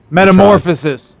Metamorphosis